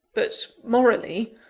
but, morally,